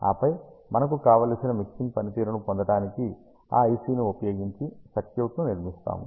ఆపై మనకు కావలసిన మిక్సింగ్ పనితీరును పొందడానికి ఆ ఐసి ని ఉపయోగించి సర్క్యూట్ నిర్మిస్తాము